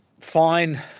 Fine